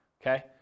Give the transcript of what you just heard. okay